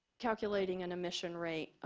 calculating an emission rate